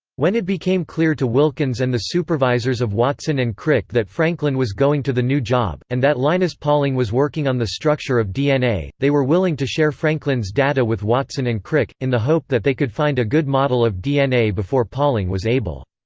when it became clear to wilkins and the supervisors of watson and crick that franklin was going to the new job, and that linus pauling was working on the structure of dna, they were willing to share franklin's data with watson and crick, in the hope that they could find a good model of dna before pauling was able.